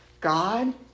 God